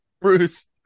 bruce